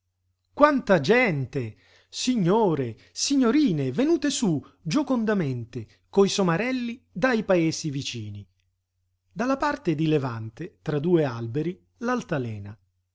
quanta gente signore signorine venute sú giocondamente coi somarelli dai paesi vicini dalla parte di levante tra due alberi